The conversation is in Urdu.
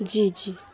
جی جی